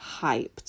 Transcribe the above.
hyped